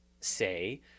say